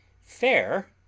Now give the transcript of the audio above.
fair